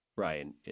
Ryan